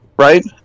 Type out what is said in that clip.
right